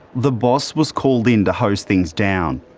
the boss was called in to hose things down.